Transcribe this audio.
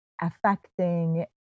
affecting